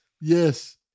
Yes